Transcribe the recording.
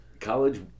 college